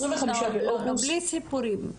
25 באוגוסט --- בלי סיפורים,